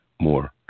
more